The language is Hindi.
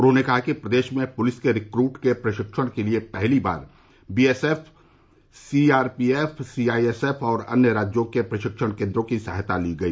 उन्होंने कहा कि प्रदेश में पुलिस के रिक्रूट के प्रशिक्षण के लिए पहली बार बीएसएफ सीआरपीएफ सीआईएस एफ और अन्य राज्यों के प्रशिक्षण केंद्रों की सहायता ली गई